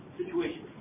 situation